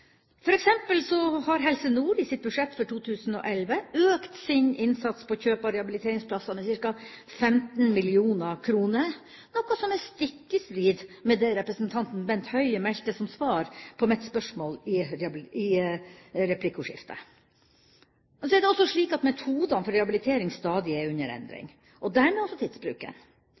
har Helse Nord i sitt budsjett for 2011 økt sin innsats på kjøp av rehabiliteringsplasser med ca. 15 mill. kr, noe som er stikk i strid med det representanten Bent Høie meldte som svar på mitt spørsmål i replikkordskiftet. Så er det også slik at metodene for rehabilitering er under stadig endring, og dermed også tidsbruken.